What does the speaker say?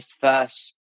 first